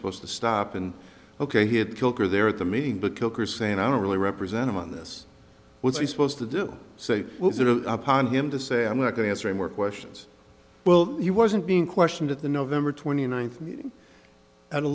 supposed to stop and ok he had killed her there at the meeting but kolker saying i don't really represent him on this what's he supposed to do so upon him to say i'm going to answer more questions well he wasn't being questioned at the november twenty ninth